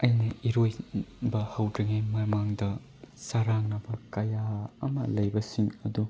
ꯑꯩꯅ ꯏꯔꯣꯏꯕ ꯍꯧꯗ꯭ꯔꯤꯉꯩ ꯃꯃꯥꯡꯗ ꯆꯔꯥꯡꯅꯕ ꯀꯌꯥ ꯑꯃ ꯂꯩꯕꯁꯤꯡ ꯑꯗꯨ